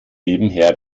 nebenher